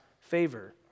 favor